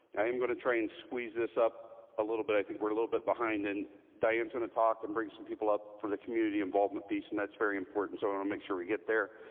i am going to try and squeeze this up a little bit, i think we're a little bit behind, and diane's going to talk, and bring some people up from the community involvement piece, and that's very important, so i want to make sure we get there.